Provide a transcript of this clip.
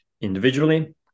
individually